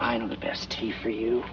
i know the best tea for you